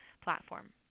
platform